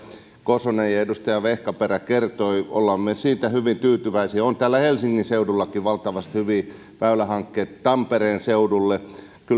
kosonen ja ja edustaja vehkaperä kertoivat olemme siitä hyvin tyytyväisiä on täällä helsingin seudullakin valtavasti hyviä väylähankkeita tampereen seudulla kyllä